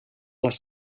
les